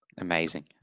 amazing